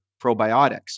probiotics